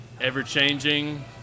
ever-changing